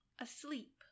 asleep